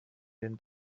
den